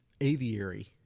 aviary